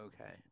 Okay